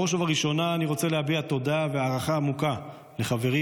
בראש ובראשונה אני רוצה להביע תודה והערכה העמוקה לחברי